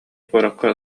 куоракка